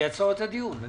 אני אעצור את הדיון.